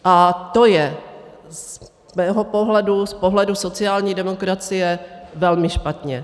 A to je z mého pohledu, z pohledu sociální demokracie, velmi špatně.